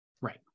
Right